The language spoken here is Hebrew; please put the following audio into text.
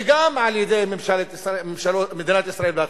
וגם על-ידי מדינת ישראל בהתחלה.